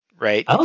Right